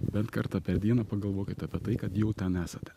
bent kartą per dieną pagalvokit apie tai kad jau ten esate